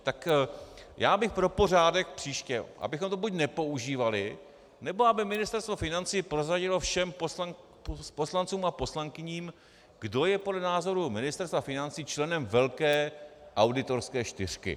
Tak bych pro pořádek příště, abychom to buď nepoužívali, nebo aby Ministerstvo financí prozradilo všem poslancům a poslankyním, kdo je podle názoru Ministerstva financí členem velké auditorské čtyřky.